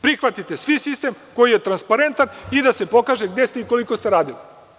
Prihvatite svi sistem koji je transparentan i da se pokaže gde ste i koliko ste radili.